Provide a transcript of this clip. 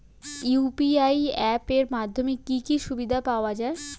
UPI app এর মাধ্যমে কি কি সুবিধা পাওয়া যায়?